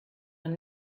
man